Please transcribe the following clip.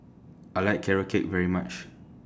I like Carrot Cake very much